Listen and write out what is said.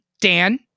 Dan